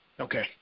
Okay